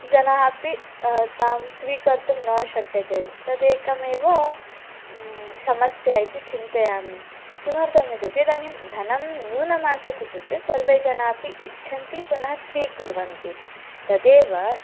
जनाः अपि तां स्वीकर्तुं न शक्यते तदेकमेव समस्या इति चिन्तयामि किमर्थम् इत्युक्ते इदानीं धनं न्यूनमासीत् इत्युक्ते सर्वे जनापि इच्छन्ति पुनः स्वीकुर्वन्ति तदेव